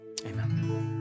Amen